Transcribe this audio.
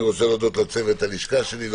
אני רוצה להודות לצוות הלשכה שלי,